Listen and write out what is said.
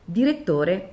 direttore